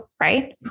Right